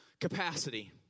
capacity